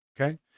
okay